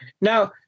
Now